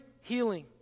healing